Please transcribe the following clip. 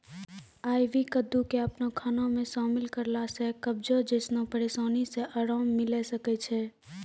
आइ.वी कद्दू के अपनो खाना मे शामिल करला से कब्जो जैसनो परेशानी से अराम मिलै सकै छै